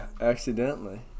accidentally